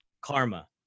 karma